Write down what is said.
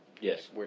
Yes